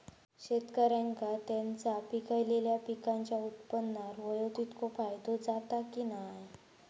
शेतकऱ्यांका त्यांचा पिकयलेल्या पीकांच्या उत्पन्नार होयो तितको फायदो जाता काय की नाय?